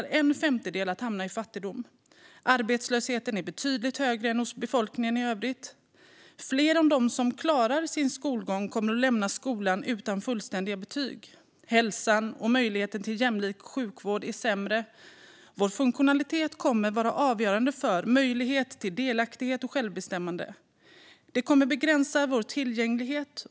Risken är särskilt stor för kvinnor. Arbetslösheten är betydligt högre än hos befolkningen i övrigt. De som lämnar skolan utan fullständiga betyg är fler än dem som klarar sin skolgång. Hälsan och möjligheten till jämlik sjukvård är sämre. Vår funktionalitet kommer att vara avgörande för möjligheten till delaktighet och självbestämmande och kommer att begränsa vår tillgänglighet.